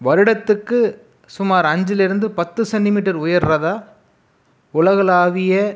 வருடத்துக்கு சுமார் அஞ்சுலேருந்து பத்து சென்டிமீட்டர் உயர்கிறதா உலகளாவிய